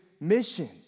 mission